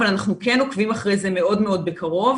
אבל אנחנו כן עוקבים אחרי זה מאוד מאוד מקרוב.